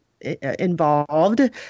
involved